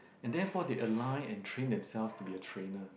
and therefore they aline and train them selves to be a trainer